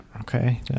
Okay